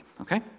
Okay